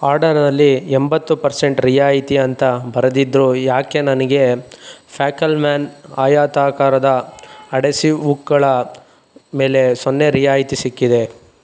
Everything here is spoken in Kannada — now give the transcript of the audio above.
ಆರ್ಡರಲ್ಲಿ ಎಂಬತ್ತು ಪರ್ಸೆಂಟ್ ರಿಯಾಯಿತಿ ಅಂತ ಬರೆದಿದ್ದರೂ ಏಕೆ ನನಗೆ ಫ್ಯಾಕಲ್ಮ್ಯಾನ್ ಆಯಾತಾಕಾರದ ಅಡೆಸಿವ್ ಉಕ್ಗಳ ಮೇಲೆ ಸೊನ್ನೆ ರಿಯಾಯಿತಿ ಸಿಕ್ಕಿದೆ